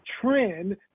trend